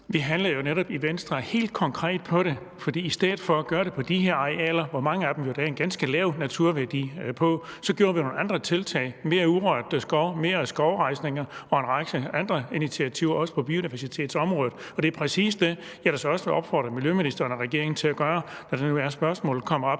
handlede i Venstre jo netop helt konkret på det, for i stedet for at gøre det på de her arealer, hvor der på mange af dem er en ganske lav naturværdi, så gjorde vi nogle andre tiltag: mere urørt skov, mere skovrejsning og en række andre initiativer, også på biodiversitetsområdet. Det er da præcis det, jeg så også vil opfordre miljøministeren og regeringen til at gøre, når det nu er, at spørgsmålet her